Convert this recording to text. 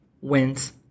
wins